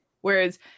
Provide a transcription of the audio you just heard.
Whereas